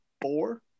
four